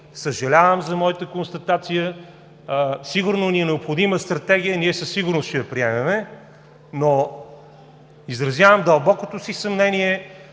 съжалявам за моята констатация. Сигурно ни е необходима Стратегия и със сигурност ще я приемем, но изразявам дълбокото си съмнение,